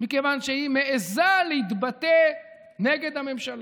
מכיוון שהיא מעיזה להתבטא נגד הממשלה.